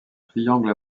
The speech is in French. triangle